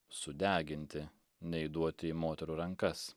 sudeginti nei duoti į moterų rankas